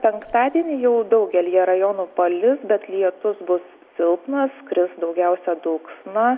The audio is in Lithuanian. penktadienį jau daugelyje rajonų palis bet lietus bus silpnas kris daugiausia dulksna